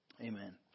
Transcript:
amen